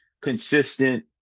consistent